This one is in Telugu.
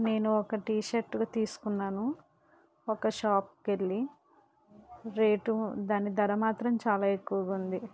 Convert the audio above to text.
నేను ఒక టీషర్ట్ తీసుకున్నాను ఒక షాప్ కి వెళ్ళి రేటు దాని ధర మాత్రం చాలా ఎక్కువగా ఉంది